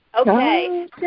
Okay